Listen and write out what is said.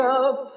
up